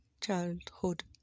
childhood